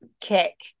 kick